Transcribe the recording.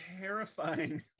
terrifying